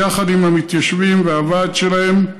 יחד עם המתיישבים והוועד שלהם,